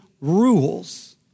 rules